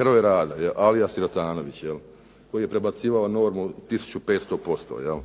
heroj rada Alija Sirotanović koji je prebacivao normu 1500 posto.